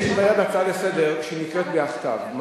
יש בעיה בהצעה לסדר שהיא נקראת מהכתב.